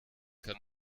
kann